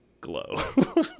glow